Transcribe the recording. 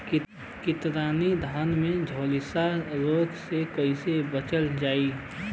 कतरनी धान में झुलसा रोग से कइसे बचल जाई?